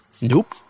Nope